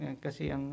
kasi